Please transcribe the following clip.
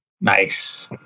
Nice